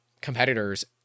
competitors